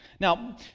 Now